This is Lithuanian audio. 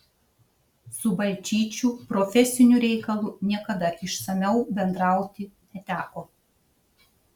su balčyčiu profesiniu reikalu niekada išsamiau bendrauti neteko